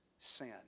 sin